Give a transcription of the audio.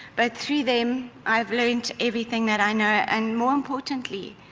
but through them i've learned everything that i know, and more importantly,